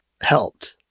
helped